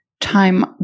time